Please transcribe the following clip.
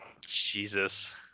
Jesus